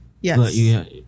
Yes